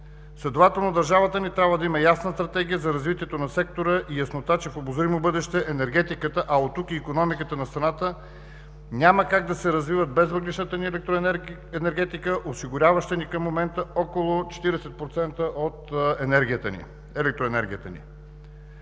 Следователно държавата ни трябва да има ясна стратегия за развитието на сектора и яснота, че в обозримо бъдеще енергетиката, а оттук и икономиката на страната, няма как да се развиват без въглищната ни енергетика, осигуряваща към момента около 40% от електроенергията ни.